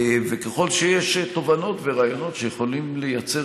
וככל שיש תובנות ורעיונות שיכולים לייצר